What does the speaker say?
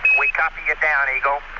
we copy down, eagle.